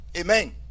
Amen